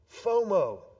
FOMO